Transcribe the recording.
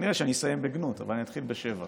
כנראה שאסיים בגנות, אבל אני אתחיל בשבח.